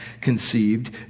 conceived